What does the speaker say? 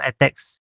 attacks